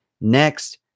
Next